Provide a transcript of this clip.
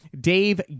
Dave